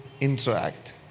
interact